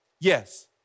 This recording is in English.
Yes